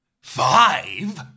Five